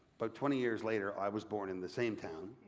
but twenty years later, i was born in the same town,